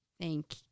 thank